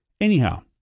Anyhow